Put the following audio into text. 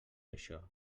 això